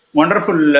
wonderful